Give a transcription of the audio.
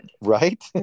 right